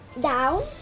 Down